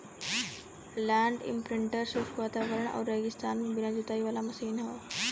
land imprinter शुष्क वातावरण आउर रेगिस्तान में बिना जोताई वाला मशीन हौ